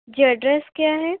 جی address کیا ہے